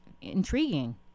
intriguing